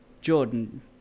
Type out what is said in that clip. Jordan